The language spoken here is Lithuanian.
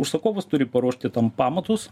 užsakovas turi paruošti tam pamatus